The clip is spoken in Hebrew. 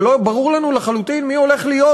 אבל לא ברור לנו לחלוטין מי הולכים להיות